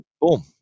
Boom